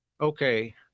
Okay